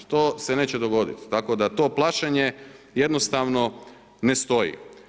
To se ne neće dogoditi tako da to plašenje jednostavno ne stoji.